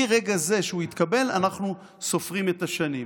מרגע זה שהוא התקבל אנחנו סופרים את השנים.